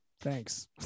Thanks